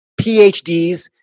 PhDs